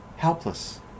Helpless